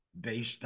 based